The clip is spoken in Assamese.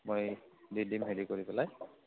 মই দি দিম হেৰি কৰি পেলাই